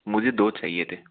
मुझे दो चाहिए थे